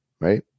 Right